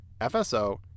FSO